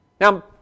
now